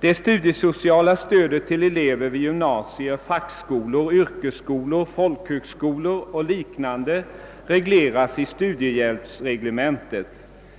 Det studiesociala stödet till elever vid gymnasier, fackskolor, yrkesskolor, folkhögskolor och liknande regleras i studiehjälpsreglementet.